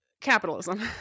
capitalism